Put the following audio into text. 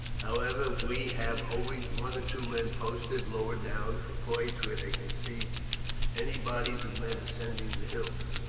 however, we have always one or two men posted lower down, at points where they can see any bodies of men ascending the hills.